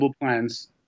plans